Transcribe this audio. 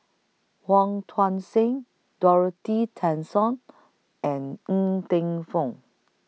Wong Tuang Seng Dorothy Tessensohn and Ng Teng Fong